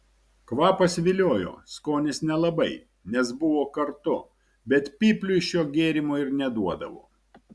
kvapas viliojo skonis nelabai nes buvo kartu bet pypliui šio gėrimo ir neduodavo